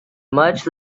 much